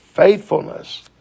faithfulness